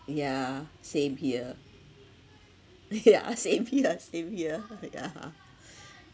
yeah same here yeah same here same here yeah